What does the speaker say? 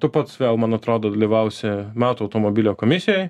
tu pats vėl man atrodo dalyvausi metų automobilio komisijoj